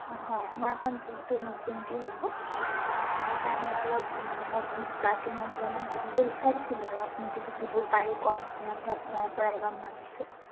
অঁ হয় আমাৰ এখন যিহেতু নতুনকে হ'ব সেইকাৰণে অলপ নতুন ষ্টাৰ্টিঙতলে মানে কমকে বিচাৰিছিলোঁ আৰু আপুনি যদি দিব পাৰি কমকে আপোনাৰ পৰাই ভাবিছোঁ